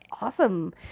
awesome